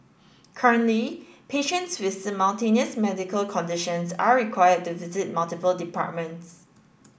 currently patients with simultaneous medical conditions are required to visit multiple departments